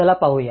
चला पाहूया